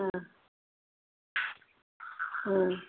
ஆ ம்